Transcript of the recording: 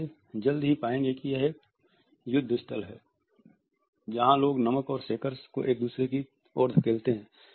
आप इसे जल्द ही पाएंगे कि यह एक युद्ध स्थल है जहां लोग नमक और शेकर्स को एक दूसरे की ओर धकेलते हैं